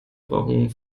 brauchen